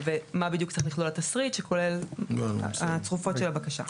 ומה בדיוק צריך לכלול התשריט שכולל הצרופות של הבקשה.